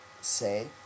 say